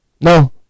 No